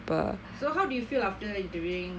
so how do you feel after interviewing this